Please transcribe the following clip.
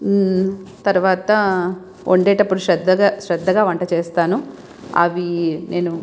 తరువాత వండేటప్పుడు శ్రద్దగా శ్రద్ధగా వంట చేస్తాను అవి నేను